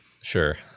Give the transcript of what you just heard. Sure